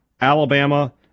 Alabama